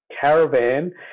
caravan